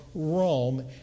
Rome